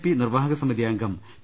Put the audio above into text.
P നിർവാഹക സമിതിഅംഗം P